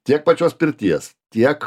tiek pačios pirties tiek